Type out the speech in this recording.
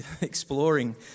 exploring